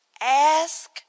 Ask